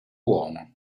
uomo